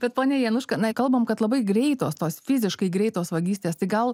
bet pone januška kalbam kad labai greitos tos fiziškai greitos vagystės tai gal